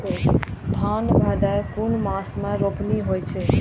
धान भदेय कुन मास में रोपनी होय छै?